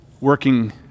working